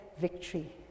victory